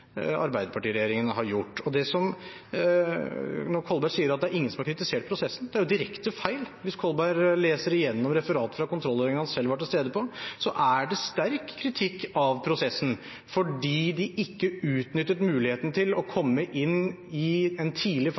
arbeiderpartiregjeringen har gjort. Representanten Kolberg sier at det ikke er noen som har kritisert prosessen. Det er direkte feil. Hvis representanten Kolberg leser gjennom referatet fra kontrollhøringen han selv var til stede på, er det sterk kritikk av prosessen, fordi de ikke utnyttet muligheten til å komme inn i en